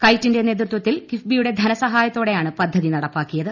കൈറ്റിന്റെ നേതൃത്വത്തിൽ കിഫ്ബിയുടെ ധനസഹായ ത്തോടെയാണ് പദ്ധതി നടപ്പാക്കിയത്